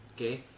okay